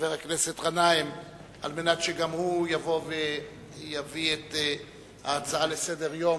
חבר הכנסת מסעוד גנאים שגם הוא יבוא ויביא את ההצעה לסדר-היום.